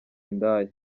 indaya